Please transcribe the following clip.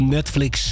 Netflix